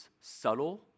subtle